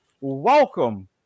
Welcome